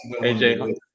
aj